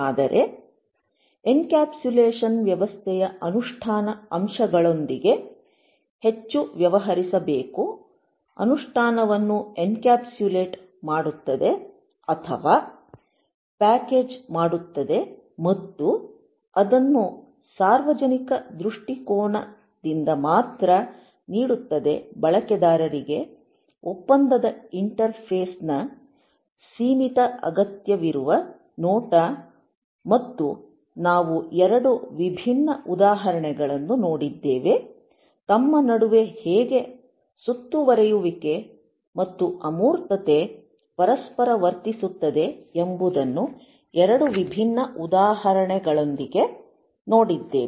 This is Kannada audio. ಆದರೆ ಎನ್ಕ್ಯಾಪ್ಸುಲೇಷನ್ ವ್ಯವಸ್ಥೆಯ ಅನುಷ್ಠಾನ ಅಂಶಗಳೊಂದಿಗೆ ಹೆಚ್ಚು ವ್ಯವಹರಿಸಬೇಕು ಅನುಷ್ಠಾನವನ್ನು ಎನ್ಕ್ಯಾಪ್ಸುಲೇಟ್ ಮಾಡುತ್ತದೆ ಅಥವಾ ಪ್ಯಾಕೇಜ್ ಮಾಡುತ್ತದೆ ಮತ್ತು ಅದನ್ನು ಸಾರ್ವಜನಿಕ ದೃಷ್ಟಿಕೋನದಿಂದ ಮಾತ್ರ ನೀಡುತ್ತದೆ ಬಳಕೆದಾರರಿಗೆ ಒಪ್ಪಂದದ ಇಂಟರ್ಫೇಸ್ನ ಸೀಮಿತ ಅಗತ್ಯವಿರುವ ನೋಟ ಮತ್ತು ನಾವು 2 ವಿಭಿನ್ನ ಉದಾಹರಣೆಗಳನ್ನು ನೋಡಿದ್ದೇವೆ ತಮ್ಮ ನಡುವೆ ಹೇಗೆ ಸುತ್ತುವರಿಯುವಿಕೆ ಮತ್ತು ಅಮೂರ್ತತೆ ಪರಸ್ಪರ ವರ್ತಿಸುತ್ತದೆ ಎಂಬುದನ್ನು ಎರಡು ವಿಭಿನ್ನ ಉದಾಹರಣೆಗಳೊಂದಿಗೆ ನೋಡಿದ್ದೇವೆ